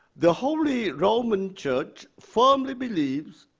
the holy roman church firmly believes,